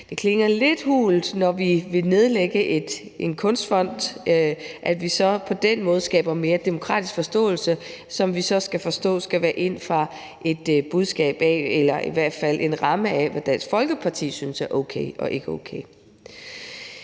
Det klinger lidt hult, at vi ved at nedlægge en kunstfond så på den måde skaber mere demokratisk forståelse, som så – skal vi forstå – skal være inden for en ramme af, hvad Dansk Folkeparti synes er okay og ikke okay.